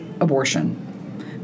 abortion